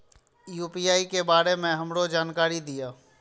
UPI के बारे में हमरो जानकारी दीय?